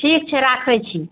ठीक छै राखै छी